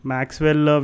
Maxwell